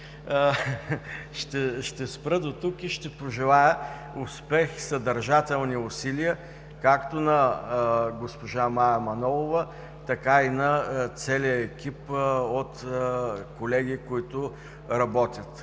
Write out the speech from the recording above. ще спра дотук и ще пожелая успех, съдържателни усилия както на госпожа Мая Манолова, така и на целия екип от колеги, които работят.